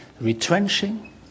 retrenching